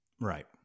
right